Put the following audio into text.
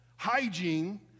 hygiene